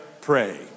pray